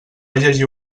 llegir